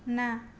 ନା